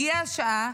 הגיעה השעה,